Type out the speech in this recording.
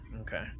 Okay